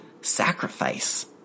Sacrifice